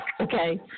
okay